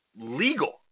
legal